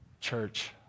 church